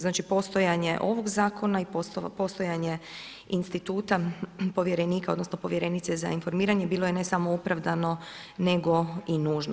Znači, postojanje ovog zakona i postojanje instituta, povjerenika, odnosno, povjerenice za informiranje, bilo je ne samo opravdano, nego i nužno.